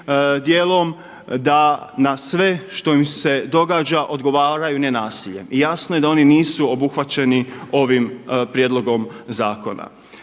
djelom, da na sve što im se događa odgovaraju nenasiljem. I jasno je da oni nisu obuhvaćeni ovim prijedlogom zakona.